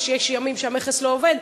ויש ימים שהמכס לא עובד,